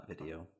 video